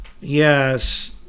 Yes